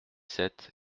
sept